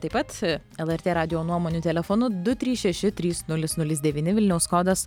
taip pat elertė radijo nuomonių telefonu du trys šeši trys nulis nulis devyni vilniaus kodas